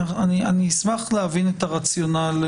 אני אשמח להבין את הרציונל,